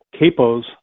capos